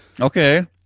Okay